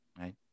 right